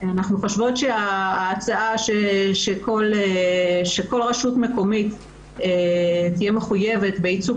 אנחנו חושבות שההצעה שכל רשות מקומית תהיה מחויבת בייצוג